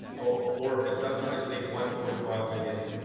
or or if it does not exceed one point five million,